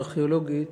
ארכיאולוגית